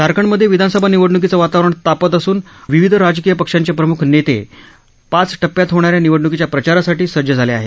झारखंडमध्ये विधानसभा निवडण्कीचं वातावरण तापत असून विविध राजकीय पक्षांचे प्रमुख नेते पाच टप्प्यात होणाऱ्या निवडण्कीच्या प्रचारासाठी सज्ज झाले आहेत